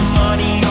money